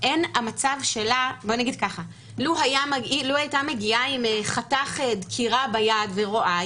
לו הייתה מגיעה עם חתך דקירה ביד ורואה,